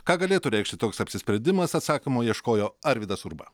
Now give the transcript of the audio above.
ką galėtų reikšti toks apsisprendimas atsakymo ieškojo arvydas urba